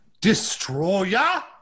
Destroyer